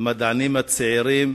המדענים הצעירים,